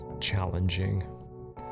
challenging